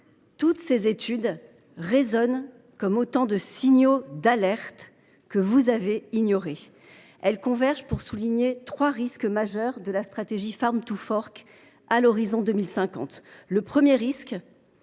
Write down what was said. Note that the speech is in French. Toutes ces études résonnent comme autant de signaux d’alerte que vous avez ignorés. Elles convergent pour souligner trois risques majeurs de la stratégie à l’horizon 2050. Le premier risque,